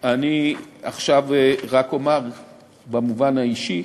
אני עכשיו רק אומר במובן האישי,